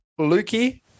Lukey